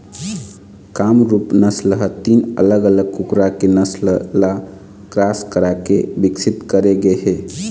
कामरूप नसल ह तीन अलग अलग कुकरा के नसल ल क्रास कराके बिकसित करे गे हे